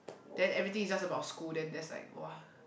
then everything is just about school then that's like !wah!